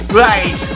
right